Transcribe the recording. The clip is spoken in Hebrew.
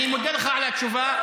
אני מודה לך על התשובה.